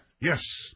Yes